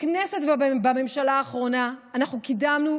בכנסת ובממשלה האחרונה אנחנו קידמנו,